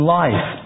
life